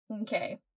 okay